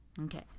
okay